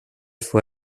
fue